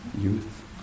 youth